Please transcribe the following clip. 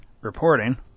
reporting